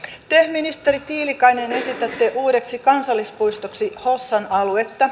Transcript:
te ministeri tiilikainen esitätte uudeksi kansallispuistoksi hossan aluetta